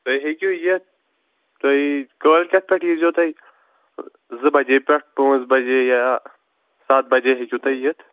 تُہۍ ہٮ۪کِو یِتھ تُہۍ کٲلۍکٮ۪تھ پٮ۪ٹھ ییٖزیٚو تُہۍ زٕ بجے پٮ۪ٹھ پٲنٛژ بجے یا سَتھ بجے ہٮ۪کِو تُہۍ یِتھ